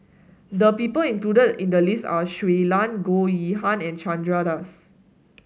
the people included in the list are Shui Lan Goh Yihan and Chandra Das